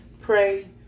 Pray